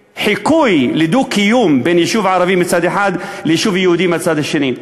לחיקוי של דו-קיום בין יישוב ערבי מצד אחד ליישוב יהודי מהצד השני.